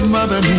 Mother